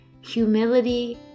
humility